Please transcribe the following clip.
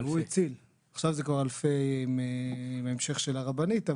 עכשיו זה כבר אלפי עם המשך של הרבנית.